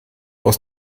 aus